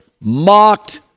mocked